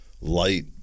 Light